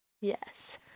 Yes